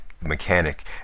mechanic